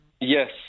Yes